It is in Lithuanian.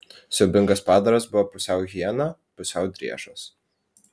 siaubingas padaras buvo pusiau hiena pusiau driežas